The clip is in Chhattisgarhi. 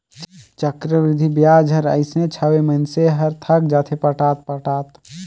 चक्रबृद्धि बियाज हर अइसनेच हवे, मइनसे हर थक जाथे पटात पटात